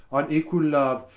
on equall loue.